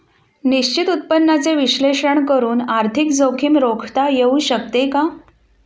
निश्चित उत्पन्नाचे विश्लेषण करून आर्थिक जोखीम रोखता येऊ शकते का?